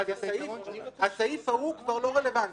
הסעיף ההוא כבר לא רלוונטי.